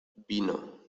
vino